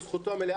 זו זכותו המלאה,